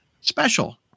special